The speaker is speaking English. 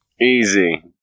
Easy